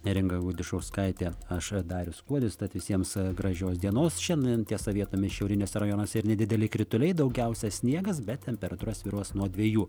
neringa gudišauskaitė aš darius kuodis tad visiems gražios dienos šiandien tiesa vietomis šiauriniuose rajonuose ir nedideli krituliai daugiausia sniegas bet temperatūra svyruos nuo dviejų